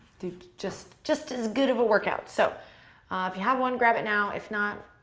do just just as good of a workout. so if you have one, grab it now. if not,